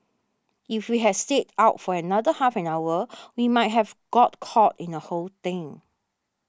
if we had stayed out for another half an hour we might have got caught in the whole thing